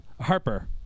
harper